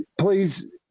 please